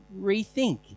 rethink